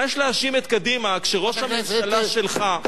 מה יש להאשים את קדימה כשראש הממשלה שלך,